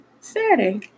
Saturday